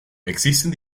existen